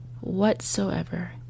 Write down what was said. whatsoever